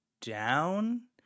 down